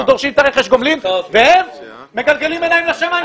דורשת את רכש הגומלין והם מגלגלים עיניים לשמיים.